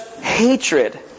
hatred